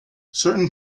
certain